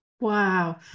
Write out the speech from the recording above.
Wow